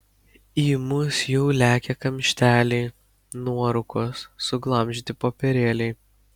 į mus jau lekia kamšteliai nuorūkos suglamžyti popierėliai